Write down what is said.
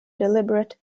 deliberate